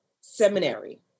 seminary